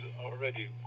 already